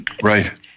Right